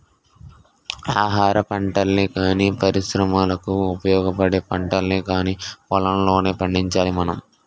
ఆహారపంటల్ని గానీ, పరిశ్రమలకు ఉపయోగపడే పంటల్ని కానీ పొలంలోనే పండించాలి మనం